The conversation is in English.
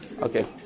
Okay